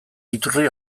iturri